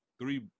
three